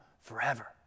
forever